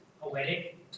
Poetic